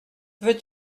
veux